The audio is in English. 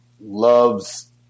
loves